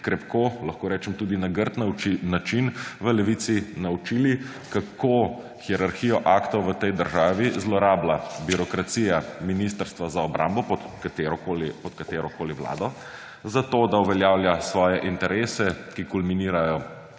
krepko, lahko rečem tudi na grd način, v Levici naučili, kako hierarhijo aktov v tej državi zlorablja birokracija Ministrstva za obrambo pod katerokoli vlado za to, da uveljavlja svoje interese, ki kulminirajo